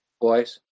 boys